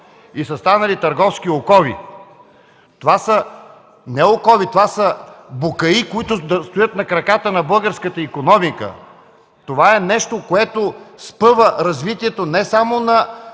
Това е нещо, което спъва развитието не само на